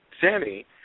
Sammy